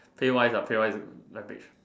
pay wise ah pay wise average